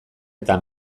eta